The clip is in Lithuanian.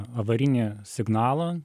avarinį signalą